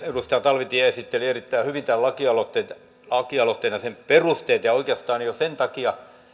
edustaja talvitie esitteli erittäin hyvin tämän lakialoitteen ja sen perusteet ja oikeastaan jo sen takia